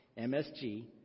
MSG